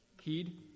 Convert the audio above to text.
Heed